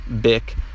Bick